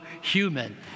human